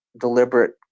deliberate